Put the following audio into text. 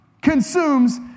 consumes